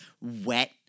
wet